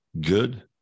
Good